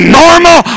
normal